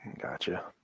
Gotcha